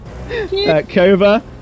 kova